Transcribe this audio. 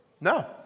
No